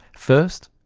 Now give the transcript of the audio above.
first,